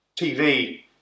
TV